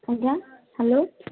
ଆଜ୍ଞା ହ୍ୟାଲୋ